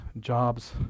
jobs